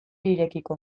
irekiko